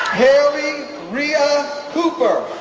haley rhea cooper